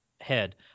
head